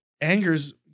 anger's